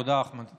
תודה, אחמד.